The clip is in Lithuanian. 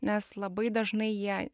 nes labai dažnai jie